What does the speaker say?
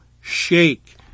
shake